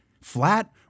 flat